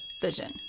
vision